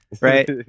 Right